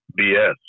BS